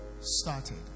started